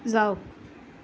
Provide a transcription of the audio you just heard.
যাওঁক